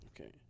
Okay